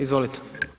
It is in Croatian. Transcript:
Izvolite.